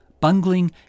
Bungling